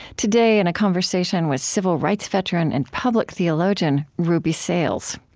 today, in a conversation with civil rights veteran and public theologian, ruby sales.